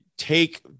take